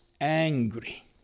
angry